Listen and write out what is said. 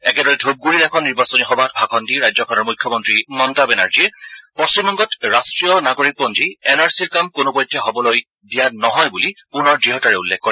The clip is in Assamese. একেদৰে ধুপগুৰিৰ এখন নিৰ্বাচনী সভাত ভাষণ দি ৰাজ্যখনৰ মুখ্যমন্ত্ৰী মমতা বেনাৰ্জীয়ে পশ্চিমবংগত ৰাষ্ট্ৰীয় নাগৰিকপঞ্জী এন আৰ চিৰ কাম কোনোপধ্যে হ'বলৈ দিয়া নহয় বুলি পুনৰ দৃঢ়তাৰে উল্লেখ কৰে